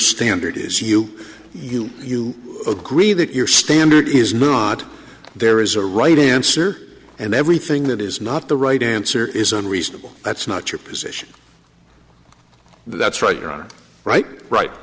standard is you you you agree that your standard is not there is a right answer and everything that is not the right answer isn't reasonable that's not your position that's right on right right